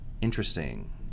interesting